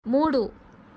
మూడు